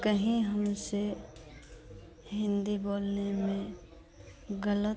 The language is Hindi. कहीं हमसे हिन्दी बोलने में ग़लत